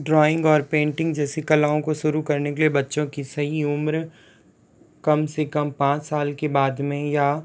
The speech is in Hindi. ड्राॅइंग और पेंटिंग जैसी कलाओं को शुरू करने के लिए बच्चों की सही उम्र कम से कम पाँच साल के बाद में या